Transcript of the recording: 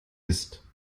ist